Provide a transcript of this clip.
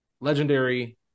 legendary